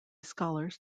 scholars